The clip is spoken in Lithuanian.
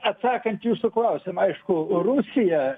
atsakant į jūsų klausimą aišku rusija